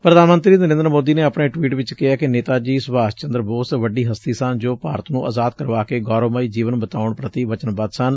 ਪ੍ਧਾਨ ਮੰਤਰੀ ਨਰੇਂਦਰ ਮੋਦੀ ਨੇ ਆਪਣੇ ਟਵੀਟ ਚ ਕਿਹਾ ਕਿ ਨੇਤਾ ਜੀ ਸੁਭਾਸ਼ ਚੰਦਰ ਬੋਸ ਵੱਡੀ ਹਸਤੀ ਸਨ ਜੋ ਭਾਰਤ ਨੁੰ ਆਜ਼ਾਦ ਕਰਵਾ ਕੇ ਗੌਰਵਮਈ ਜੀਵਨ ਬਿਤਾਉਣ ਪ੍ਰਤੀ ਵਚਨਬੱਧ ਸਨ